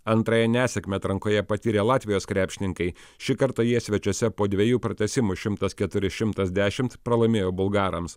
antrąją nesėkmę atrankoje patyrė latvijos krepšininkai šį kartą jie svečiuose po dviejų pratęsimų šimtas keturi šimtas dešimt pralaimėjo bulgarams